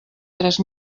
tres